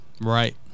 Right